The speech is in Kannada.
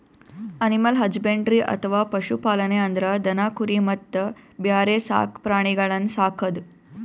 ಅನಿಮಲ್ ಹಜ್ಬೆಂಡ್ರಿ ಅಥವಾ ಪಶು ಪಾಲನೆ ಅಂದ್ರ ದನ ಕುರಿ ಮತ್ತ್ ಬ್ಯಾರೆ ಸಾಕ್ ಪ್ರಾಣಿಗಳನ್ನ್ ಸಾಕದು